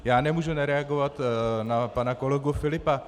Já nemůžu nereagovat na pana kolegu Filipa.